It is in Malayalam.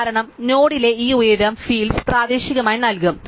കാരണം നോഡിലെ ഈ ഉയരം ഫീൽഡ് പ്രാദേശികമായി നൽകും